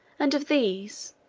and of these,